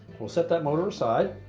we'll set that motor aside,